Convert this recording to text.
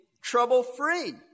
trouble-free